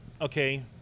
okay